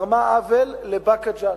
לבאקה ג'ת.